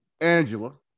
Angela